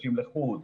מפגשים לחוד,